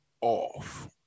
off